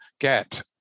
get